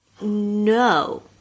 No